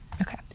Okay